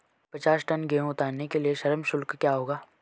पचास टन गेहूँ उतारने के लिए श्रम शुल्क क्या होगा?